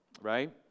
Right